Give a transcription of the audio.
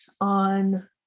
on